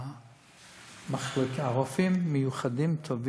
הרופאים מיוחדים, טובים.